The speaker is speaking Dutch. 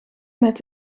met